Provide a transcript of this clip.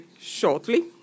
shortly